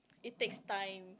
it takes time